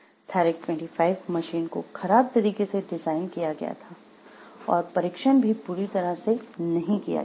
थेरैक 25 machine को खराब तरीके से डिजाइन किया गया था और परीक्षण भी पूरी तरह से नहीं किया गया था